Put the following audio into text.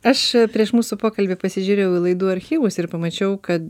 aš a prieš mūsų pokalbį pasižiūrėjau į laidų archyvus ir pamačiau kad